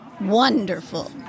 Wonderful